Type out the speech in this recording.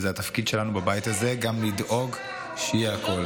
וזה התפקיד שלנו בבית הזה גם לדאוג שיהיה הכול.